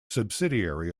subsidiary